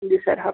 जी sir